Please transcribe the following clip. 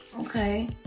Okay